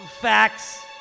facts